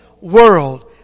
world